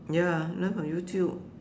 ya learn from YouTube